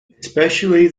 especially